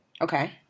Okay